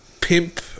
Pimp